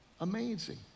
amazing